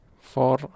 four